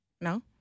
No